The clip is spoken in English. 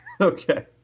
Okay